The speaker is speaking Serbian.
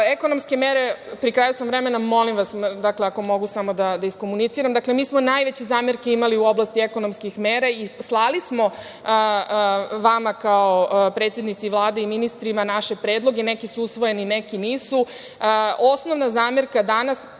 školama. Ekonomske mere, pri kraju sam vremena i molim vas ako mogu samo da iskomuniciram, mi smo najveće zamerke imali u oblasti ekonomskih mera. Slali smo vama kao predsednici Vlade i ministrima naše predloge. Neki su usvojeni, neki nisu. Osnovna zamerka je